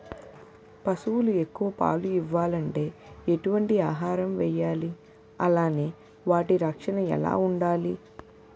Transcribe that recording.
పశువులు ఎక్కువ పాలు ఇవ్వాలంటే ఎటు వంటి ఆహారం వేయాలి అలానే వాటి రక్షణ ఎలా వుండాలి?